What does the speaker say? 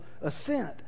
assent